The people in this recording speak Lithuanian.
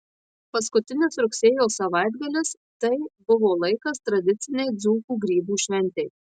paskutinis rugsėjo savaitgalis tai buvo laikas tradicinei dzūkų grybų šventei